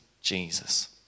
Jesus